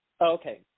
okay